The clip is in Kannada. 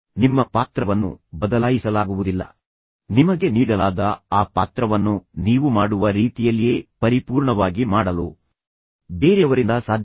ನಿಮ್ಮ ಪಾತ್ರವನ್ನು ಬದಲಾಯಿಸಲಾಗುವುದಿಲ್ಲ ಮಾರ್ಪಡಿಸಲಾಗುವುದಿಲ್ಲ ತಿರುಚಲಾಗುವುದಿಲ್ಲ ನಿಮಗೆ ನೀಡಲಾದ ಆ ಪಾತ್ರವನ್ನು ನೀವು ಮಾಡುವ ರೀತಿಯಲ್ಲಿಯೇ ಪರಿಪೂರ್ಣವಾಗಿ ಮಾಡಲು ಬೇರೆಯವರಿಂದ ಸಾಧ್ಯವಿಲ್ಲ